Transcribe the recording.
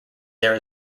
there